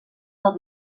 del